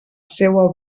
seua